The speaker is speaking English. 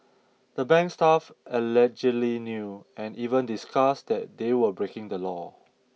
the bank's staff allegedly knew and even discussed that they were breaking the law